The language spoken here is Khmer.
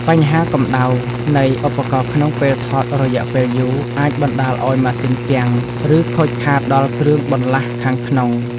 បញ្ហាកម្ដៅនៃឧបករណ៍ក្នុងពេលថតរយៈពេលយូរ អាចបណ្ដាលឱ្យម៉ាស៊ីនគាំង ឬខូចខាតដល់គ្រឿងបន្លាស់ខាងក្នុង។